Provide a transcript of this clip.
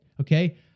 okay